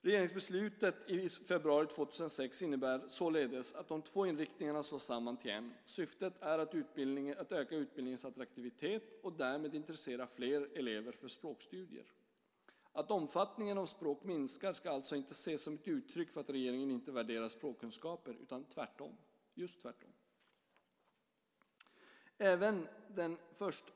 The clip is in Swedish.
Regeringsbeslutet i februari 2006 innebär således att de två inriktningarna slås samman till en. Syftet är att öka utbildningens attraktivitet och därmed intressera fler elever för språkstudier. Att omfattningen av språk minskar ska alltså inte ses som ett uttryck för att regeringen inte värderar språkkunskaper utan just tvärtom.